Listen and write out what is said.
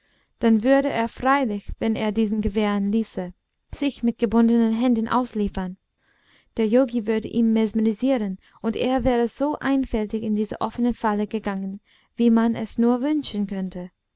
dann würde er freilich wenn er diesen gewähren ließe sich mit gebundenen händen ausliefern der yogi würde ihn mesmerisieren und er wäre so einfältig in diese offene falle gegangen wie man es nur wünschen könnte